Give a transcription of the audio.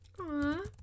Aw